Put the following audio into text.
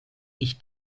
ich